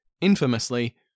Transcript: infamously